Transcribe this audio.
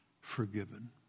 forgiven